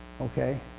okay